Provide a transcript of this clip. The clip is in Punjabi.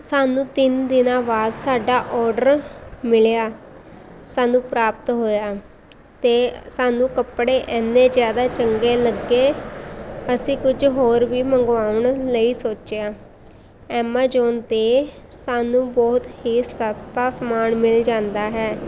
ਸਾਨੂੰ ਤਿੰਨ ਦਿਨਾਂ ਬਾਅਦ ਸਾਡਾ ਔਡਰ ਮਿਲਿਆ ਸਾਨੂੰ ਪ੍ਰਾਪਤ ਹੋਇਆ ਅਤੇ ਸਾਨੂੰ ਕੱਪੜੇ ਇੰਨੇ ਜ਼ਿਆਦਾ ਚੰਗੇ ਲੱਗੇ ਅਸੀਂ ਕੁਝ ਹੋਰ ਵੀ ਮੰਗਵਾਉਣ ਲਈ ਸੋਚਿਆ ਐਮਾਜੋਨ 'ਤੇ ਸਾਨੂੰ ਬਹੁਤ ਹੀ ਸਸਤਾ ਸਮਾਨ ਮਿਲ ਜਾਂਦਾ ਹੈ